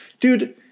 dude